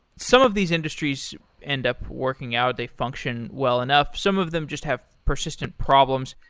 some of these industries end up working out, they function well enough. some of them just have persistent problems,